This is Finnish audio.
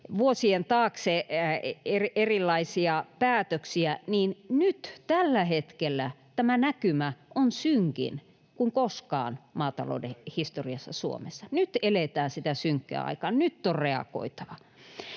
vuosien taakse erilaisia päätöksiä, mutta nyt tällä hetkellä tämä näkymä on synkempi kuin koskaan maatalouden historiassa Suomessa. Nyt eletään sitä synkkää aikaa, nyt on reagoitava.